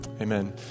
Amen